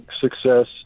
success